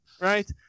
right